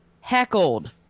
heckled